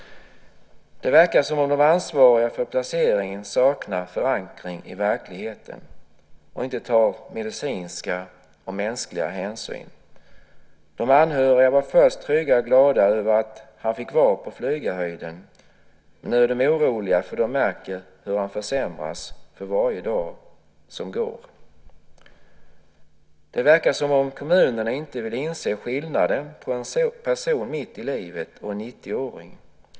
Det verkar som att de ansvariga för placeringen saknar förankring i verkligheten och inte tar medicinska och mänskliga hänsyn. De anhöriga var först trygga och glada över att han fick vara på Flygarhöjden. Nu är de oroliga eftersom de märker hur han försämras för varje dag som går. Det verkar som att kommunerna inte vill inse skillnaden på en person mitt i livet och en 90-åring.